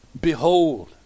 Behold